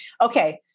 Okay